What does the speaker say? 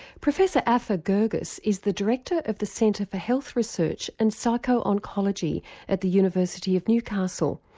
professor afaf ah girgis is the director of the centre for health research and psycho-oncology at the university of newcastle.